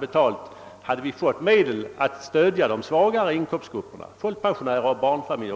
vi då fått hade vi kunnat ge stöd åt de svagare inkomstgrupperna, t.ex. folkpensionärer och barnfamiljer.